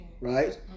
Right